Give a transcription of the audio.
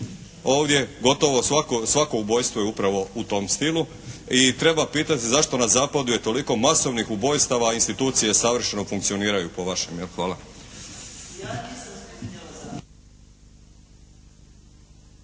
Ovdje gotovo svako ubojstvo je u tom stilu. I treba pitati zašto na zapadu je toliko masovnih ubojstava, a institucije savršeno funkcioniraju, po vašem, jel.